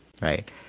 right